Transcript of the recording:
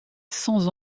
sans